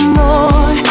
more